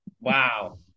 Wow